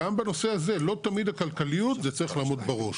גם בנושא הזה לא תמיד הכלכליות זה צריך לעמוד בראש.